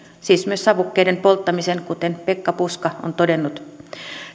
siis myös savukkeiden polttamiseen kuten pekka puska on todennut